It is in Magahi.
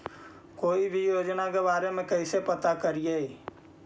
कोई भी योजना के बारे में कैसे पता करिए?